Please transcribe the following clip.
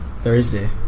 Thursday